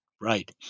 Right